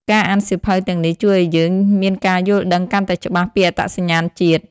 ការអានសៀវភៅទាំងនេះជួយឲ្យយើងមានការយល់ដឹងកាន់តែច្បាស់ពីអត្តសញ្ញាណជាតិ។